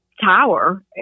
tower